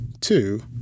two